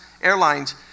Airlines